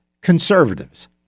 conservatives